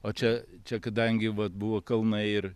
o čia čia kadangi vat buvo kalnai ir